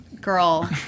Girl